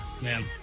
Man